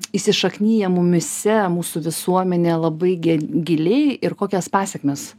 įsišaknija mumyse mūsų visuomenė labai giliai ir kokias pasekmes